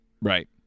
right